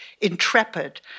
intrepid